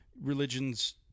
religions